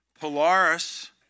Polaris